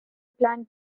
plan